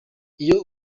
iyo